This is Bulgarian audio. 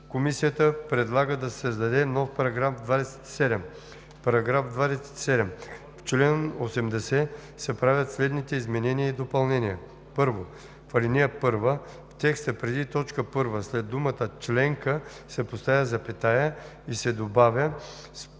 Комисията предлага да се създаде нов § 27: „§ 27. В чл. 80 се правят следните изменения и допълнения: 1. В ал. 1, в текста преди т. 1 след думата „членка“ се поставя запетая и се добавя